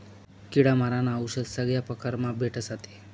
किडा मारानं औशद सगया परकारमा भेटस आते